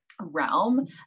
realm